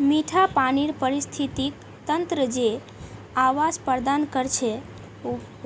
मिठा पानीर पारिस्थितिक तंत्र जे आवास प्रदान करछे